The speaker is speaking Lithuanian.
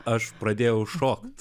aš pradėjau šokti